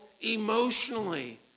emotionally